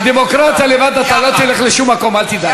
עם דמוקרטיה לבד אתה לא תלך לשום מקום, אל תדאג.